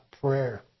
prayer